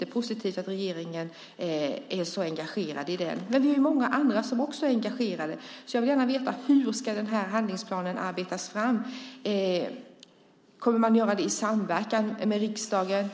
är positivt att regeringen är så engagerad i den. Men det är ju många andra som också är engagerade. Jag vill gärna veta hur handlingsplanen ska arbetas fram. Kommer man att göra det i samverkan med riksdagen?